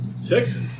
Six